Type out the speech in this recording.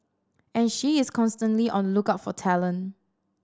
and she is constantly on lookout for talent